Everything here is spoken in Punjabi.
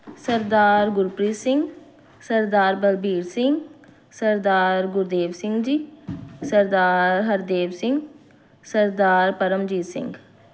ਸਰਦਾਰ ਗੁਰਪ੍ਰੀਤ ਸਿੰਘ ਸਰਦਾਰ ਬਲਬੀਰ ਸਿੰਘ ਸਰਦਾਰ ਗੁਰਦੇਵ ਸਿੰਘ ਜੀ ਸਰਦਾਰ ਹਰਦੇਵ ਸਿੰਘ ਸਰਦਾਰ ਪਰਮਜੀਤ ਸਿੰਘ